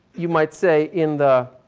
you might say, in the